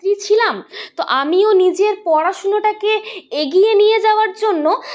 ছিলাম তো আমিও নিজের পড়াশুনাটাকে এগিয়ে নিয়ে যাওয়ার জন্য